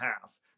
half